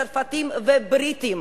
צרפתים ובריטים